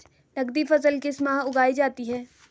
नकदी फसल किस माह उगाई जाती है?